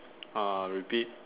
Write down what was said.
uh repeat